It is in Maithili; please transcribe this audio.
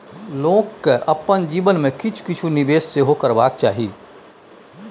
लोककेँ अपन जीवन मे किछु किछु निवेश सेहो करबाक चाही